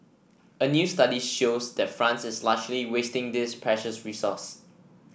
a new study shows that France is largely wasting this precious resource